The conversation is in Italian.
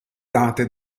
date